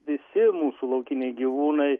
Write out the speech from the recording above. visi mūsų laukiniai gyvūnai